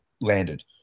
landed